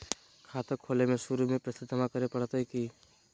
खाता खोले में शुरू में पैसो जमा करे पड़तई की?